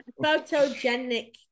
Photogenic